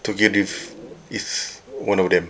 tokyo drift is one of them